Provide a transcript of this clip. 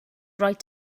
right